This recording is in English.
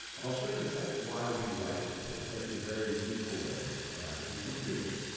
and i'll show you in a second why we write it this way. this is actually a very useful way of actually computing it.